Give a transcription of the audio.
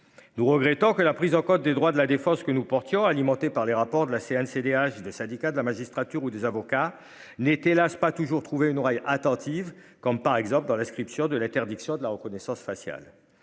Nous regrettons que la prise en compte des droits de la défense que nous portions alimenté par le rapport de la Cncdh de syndicats de la magistrature ou des avocats n'est hélas pas toujours trouvé une oreille attentive comme par exemple dans l'inscription de l'interdiction de la reconnaissance faciale.